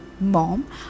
Mom